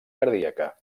cardíaca